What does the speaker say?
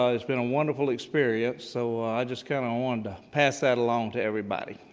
ah it's been a wonderful experience, so i just kind of wanted to pass that along to everybody.